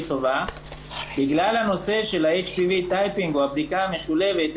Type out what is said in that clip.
טובה בגלל הנושא של הHPV-Typing או הבדיקה המשולבת,